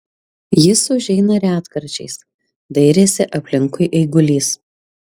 jis užeina retkarčiais dairėsi aplinkui eigulys